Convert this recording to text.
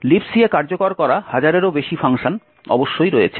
Libc এ কার্যকর করা হাজারেরও বেশি ফাংশন অবশ্যই রয়েছে